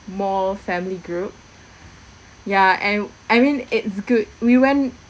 small family group yeah and I mean it's good we went